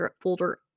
folder